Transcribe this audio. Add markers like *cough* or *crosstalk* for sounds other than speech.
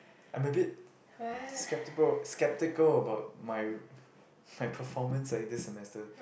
I'm a bit *breath* skeptical skeptical about my my performance like this semester